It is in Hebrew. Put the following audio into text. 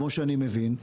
כמו שאני מבין,